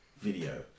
video